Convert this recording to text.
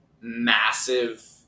massive